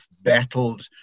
battled